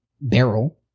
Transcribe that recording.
barrel